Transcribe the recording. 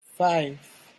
five